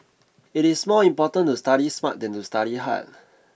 it is more important to study smart than to study hard